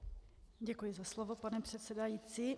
Děkuji za slovo pane předsedající.